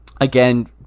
Again